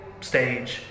stage